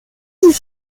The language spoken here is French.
plus